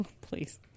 please